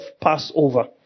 passover